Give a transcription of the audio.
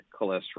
cholesterol